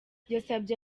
yabasabye